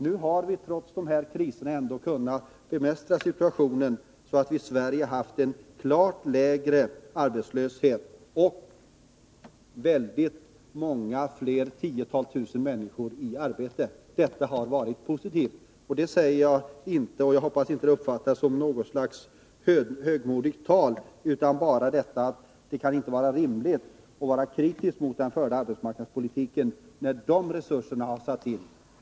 Nu har vi, trots kriserna, ändå kunnat bemästra situationen, så att vi i Sverige har haft en klart lägre arbetslöshet och många tiotusental människor fler i arbete än man haft i motsvarande länder. Det har varit positivt. Jag hoppas att inte detta uppfattas som något slags högmodigt tal. Jag vill bara hävda att det inte kan vara rimligt att vara kritisk mot den arbetsmarknadspolitik som har förts när sådana resurser har satts in.